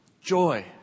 joy